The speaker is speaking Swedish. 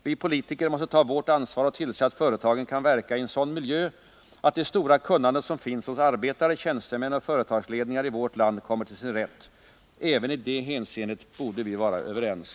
Vi politiker måste ta vårt ansvar och tillse att företagen kan verka i en sådan miljö att det stora kunnande som finns hos arbetare, tjänstemän och företagsledningar i vårt land kommer till sin rätt. Även i det hänseendet borde vi vara överens.